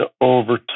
over